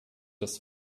das